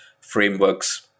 frameworks